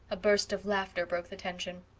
a burst of laughter broke the tension.